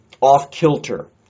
off-kilter